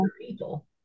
people